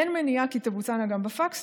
אין מניעה כי תבוצענה גם בפקס,